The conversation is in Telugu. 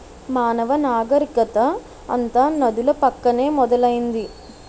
మానవ నాగరికత అంతా నదుల పక్కనే మొదలైంది